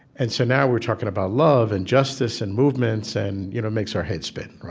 and so now we're talking about love and justice and movements, and you know it makes our heads spin.